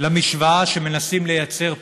למשוואה שמנסים לייצר פה,